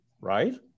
right